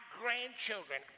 grandchildren